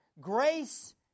Grace